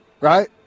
right